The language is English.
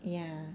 ya